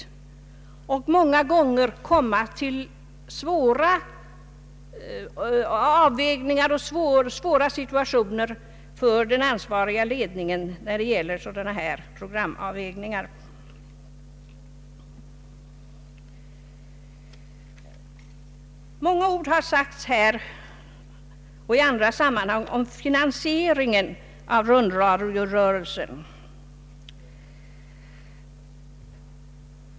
Det skulle många gånger bli fråga om besvärliga situationer för den ansvariga ledningen när det gäller programavvägningar. Många ord har sagts här och i andra sammanhang om finansieringen av rundradiorörelsen.